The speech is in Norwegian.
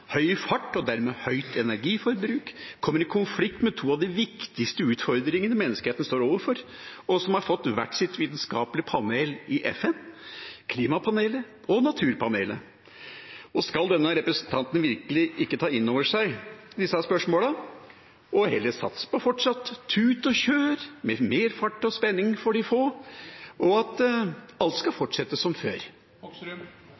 høy fart og dermed høyt energiforbruk kommer i konflikt med to av de viktigste utfordringene menneskeheten står overfor, og som har fått hvert sitt vitenskapelige panel i FN – klimapanelet og naturpanelet? Skal denne representanten virkelig ikke ta inn over seg disse spørsmålene, men heller satse på fortsatt tut og kjør, med mer fart og spenning for de få, og at alt skal